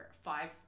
five